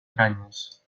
canyes